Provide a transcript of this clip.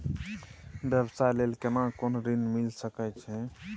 व्यवसाय ले केना कोन ऋन मिल सके छै?